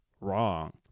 Wrong